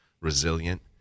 resilient